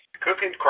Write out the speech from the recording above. Cooking